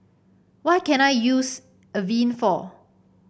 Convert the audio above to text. what can I use Avene for